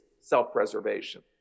self-preservation